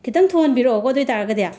ꯈꯤꯛꯇꯪ ꯊꯨꯍꯟꯕꯤꯔꯛꯑꯣꯀꯣ ꯑꯗꯨꯑꯣꯏꯇꯥꯔꯒꯗꯤ